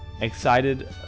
Excited